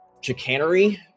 Chicanery